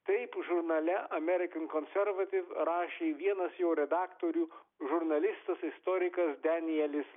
taip žurnale american conservative rašė vienas jo redaktorių žurnalistas istorikas danielis